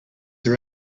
are